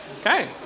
Okay